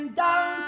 down